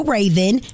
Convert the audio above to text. Raven